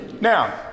Now